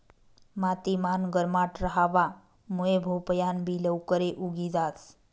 माती मान गरमाट रहावा मुये भोपयान बि लवकरे उगी जास